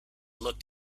looked